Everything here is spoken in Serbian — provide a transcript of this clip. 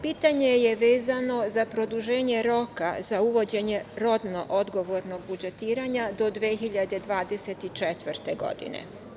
Pitanje je vezano za produženje roka za uvođenje rodno odgovornog budžetiranja do 2024. godine.